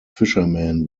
fishermen